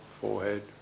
forehead